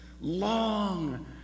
long